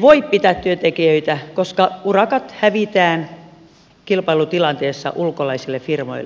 voi pitää työntekijöitä kun urakat hävitään kilpailutilanteessa ulkolaisille firmoille